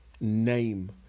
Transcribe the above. name